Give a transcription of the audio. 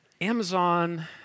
Amazon